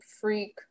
freak